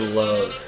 love